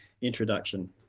introduction